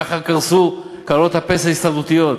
כך קרסו קרנות הפנסיה ההסתדרותיות.